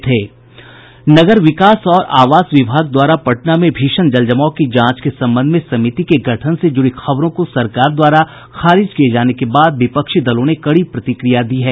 नगर विकास और विभाग आवास द्वारा पटना में भीषण जलजमाव की जांच के संबंध में समिति के गठन से जुड़ी खबरों को सरकार द्वारा खारिज किये जाने के बाद विपक्षी दलों ने कड़ी प्रतिक्रिया दी है